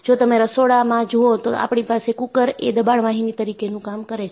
જો તમે રસોડામાં જુઓ તો આપણી પાસે કૂકર એ દબાણ વાહિની તરીકેનું કામ કરે છે